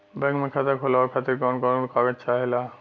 Bank मे खाता खोलवावे खातिर कवन कवन कागज चाहेला?